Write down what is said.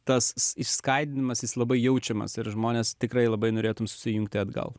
tas skaidymasis labai jaučiamas ir žmonės tikrai labai norėtumei sujungti atgal